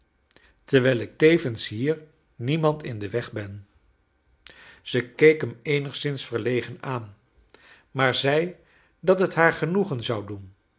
terwijl ik tevens hier niemand in den weg ben zij keek hem eenigszins verlegen aan maar zei dat t haar genoegen zou doen